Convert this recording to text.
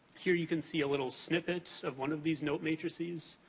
here, you can see a little snippet of one of these note matrices.